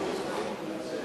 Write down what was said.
גברתי לא צריכה להתנצל.